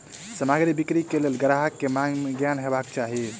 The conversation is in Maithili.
सामग्री बिक्री के लेल ग्राहक के मांग के ज्ञान हेबाक चाही